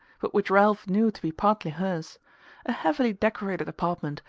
but which ralph knew to be partly hers a heavily decorated apartment,